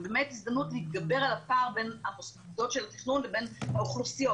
זו באמת הזדמנות להתגבר על הפער בין מוסדות התכנון ובין האוכלוסיות.